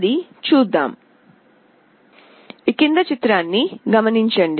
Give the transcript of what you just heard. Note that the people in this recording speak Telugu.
అది చూద్దాం